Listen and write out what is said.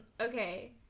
okay